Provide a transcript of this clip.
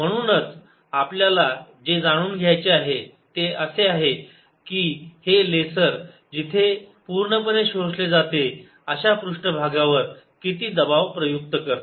म्हणूनच आपल्याला जे जाणून घ्यायचे आहे ते असे आहे की हे लेसर जिथे पूर्णपणे शोषले जाते अश्या पृष्ठभागावर किती दबाव प्रयुक्त करते